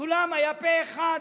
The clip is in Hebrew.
כולם היו פה אחד